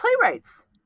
Playwrights